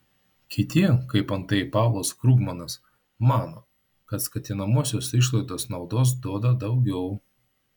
kiti kaip antai paulas krugmanas mano kad skatinamosios išlaidos naudos duoda daugiau